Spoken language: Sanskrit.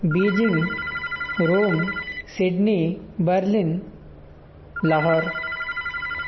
Beijing Rome Sydney Berlin Lahore